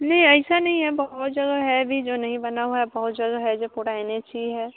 नहीं ऐसा नहीं हैं बहुत ज़्यादा है भी जो नहीं बना हुआ है बहुत जगह है जो पूरा एन एच ही है